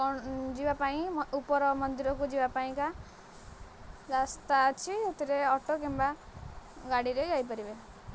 କଣ ଯିବା ପାଇଁ ଉପର ମନ୍ଦିରକୁ ଯିବା ପାଇଁ କା ରାସ୍ତା ଅଛି ସେଥିରେ ଅଟୋ କିମ୍ବା ଗାଡ଼ିରେ ଯାଇପାରିବେ